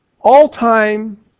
all-time